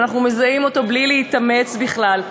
שאנחנו מזהים אותו בלי להתאמץ בכלל,